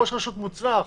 ראש רשות מוצלח,